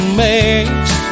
makes